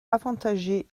avantagé